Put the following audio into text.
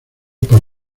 por